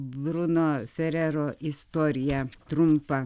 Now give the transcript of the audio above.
bruno ferero istorija trumpa